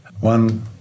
one